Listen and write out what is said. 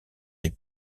des